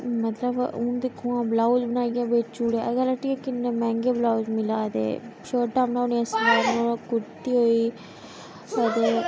मतलब हून दिक्खो आं ब्लाउज बेची उड़ेआ अगर हट्टियै किन्ने मैंह्गे ब्लाउज मिला दे छोटा बनाने आस्तै कुर्ती होई आं ते